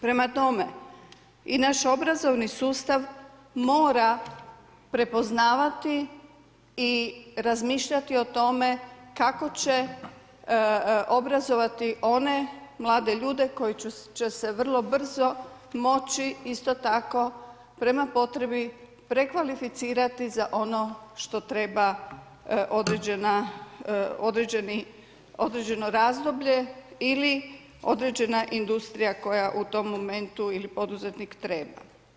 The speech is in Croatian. Prema tome i naš obrazovni sustav mora prepoznavati i razmišljati o tome kako će obrazovati one mlade ljude koji će se vrlo brzo moći isto tako prema potrebi prekvalificirati za ono što treba određeno razdoblje ili određena industrija koja u tom momentu ili poduzetnik treba.